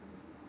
那个什么啊